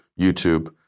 YouTube